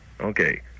Okay